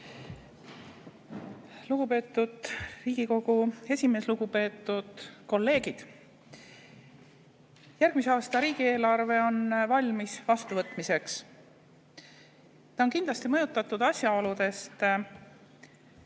Lugupeetud Riigikogu esimees! Lugupeetud kolleegid! Järgmise aasta riigieelarve on valmis vastuvõtmiseks. Ta on kindlasti mõjutatud asjaoludest